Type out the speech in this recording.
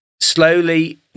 Slowly